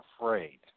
afraid